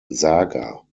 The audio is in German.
saga